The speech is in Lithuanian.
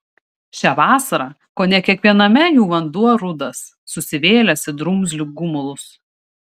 šią vasarą kone kiekviename jų vanduo rudas susivėlęs į drumzlių gumulus